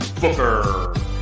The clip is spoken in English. Booker